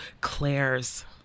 Claire's